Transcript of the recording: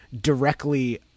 directly